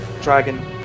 dragon